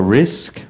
risk